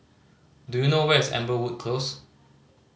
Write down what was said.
do you know where is Amberwood Close